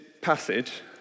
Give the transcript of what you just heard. passage